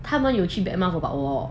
他们有去 bad mouth about 我